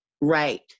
right